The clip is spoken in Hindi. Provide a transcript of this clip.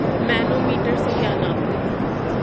मैनोमीटर से क्या नापते हैं?